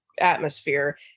atmosphere